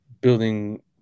building